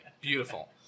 Beautiful